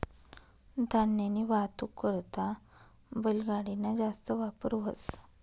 धान्यनी वाहतूक करता बैलगाडी ना जास्त वापर व्हस